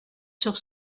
sur